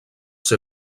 ser